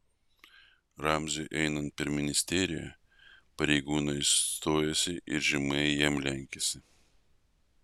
ramziui einant per ministeriją pareigūnai stojosi ir žemai jam lenkėsi